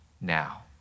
now